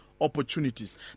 opportunities